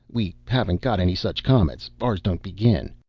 we haven't got any such comets ours don't begin.